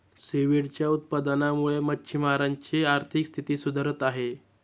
सीव्हीडच्या उत्पादनामुळे मच्छिमारांची आर्थिक स्थिती सुधारत आहे